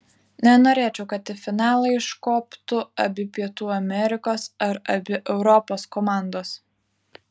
nenorėčiau kad į finalą iškoptų abi pietų amerikos ar abi europos komandos